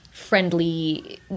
friendly